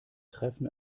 treffen